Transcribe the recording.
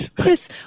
Chris